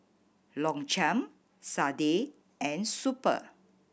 Longchamp Sadia and Super